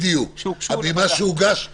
בדיוק, על פי מה שהוגש לשרים.